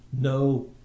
No